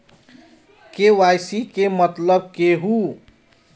KYC के मतलब केहू?